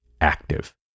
active